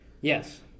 Yes